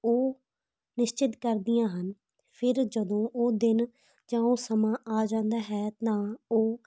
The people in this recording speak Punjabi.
ਉਹ ਨਿਸ਼ਚਿਤ ਕਰਦੀਆਂ ਹਨ ਫਿਰ ਜਦੋਂ ਉਹ ਦਿਨ ਜਾਂ ਉਹ ਸਮਾਂ ਆ ਜਾਂਦਾ ਹੈ ਤਾਂ ਉਹ